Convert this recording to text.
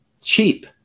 cheap